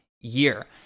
year